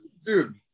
Dude